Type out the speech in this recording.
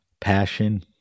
passion